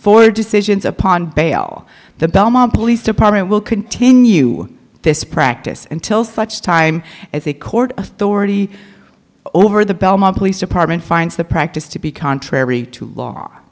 for decisions upon bail the belmont police department will continue this practice until such time as a court authority over the belmont police department finds the practice to be contrary to law